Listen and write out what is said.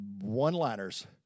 one-liners